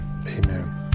amen